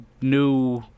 new